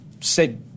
Say